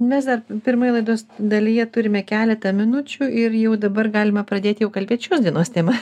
mes dar pirmoj laidos dalyje turime keletą minučių ir jau dabar galime pradėt jau kalbėt šios dienos tema